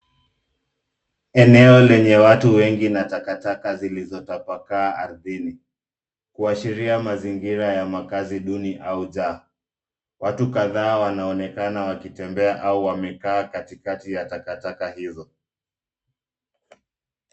Eneo lenye watu wengi na takataka zilizotapakaa ardhini, kuashiria mazingira ya makazi duni au jaa. Watu kadhaa wanaonekana wakitembea au wamekaa katikati ya takataka hizo.